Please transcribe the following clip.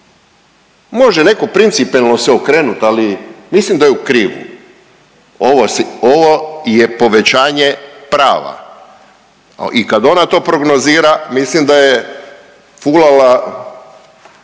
Može netko principijelno se okrenuti, ali mislim da je u krivu. Ovo je povećanje prava i kad ona to prognozira, mislim da je fulala